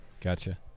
Gotcha